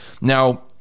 Now